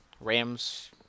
Rams